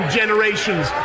generations